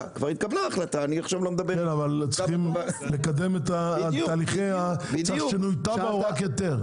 --- אבל צריך לקדם תהליכי שינוי תב"ע או רק היתר?